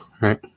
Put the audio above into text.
Right